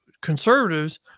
conservatives